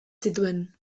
zituen